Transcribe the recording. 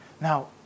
Now